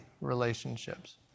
relationships